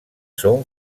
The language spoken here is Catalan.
són